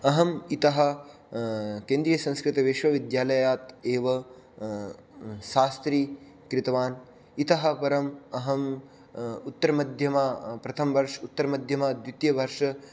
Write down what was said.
अहम् इतः केन्द्रीयसंस्कृतविश्वविद्यालयात् एव शास्त्री कृतवान् इतः परम् अहम् उत्तरमध्यमाप्रथमवर्ष उत्तरमध्यमाद्वितीयवर्ष